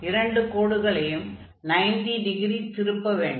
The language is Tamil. இரண்டு கோடுகளையும் 90 டிகிரி திருப்ப வேண்டும்